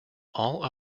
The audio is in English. all